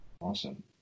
awesome